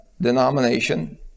denomination